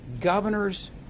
governors